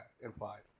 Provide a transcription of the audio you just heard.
implied